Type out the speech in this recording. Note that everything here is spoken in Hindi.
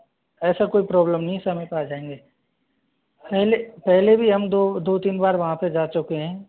ऐसा कोई प्रॉब्लम नहीं है समय पे आ जाएंगे पहले पहले भी हम दो दो तीन बार वहाँ पे जा चुके हैं